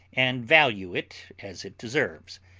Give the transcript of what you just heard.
and value it as it deserves,